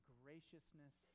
graciousness